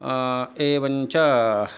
एवञ्च